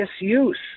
misuse